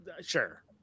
Sure